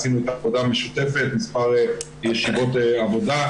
עשינו איתה עבודה משותפת במספר ישיבות עבודה,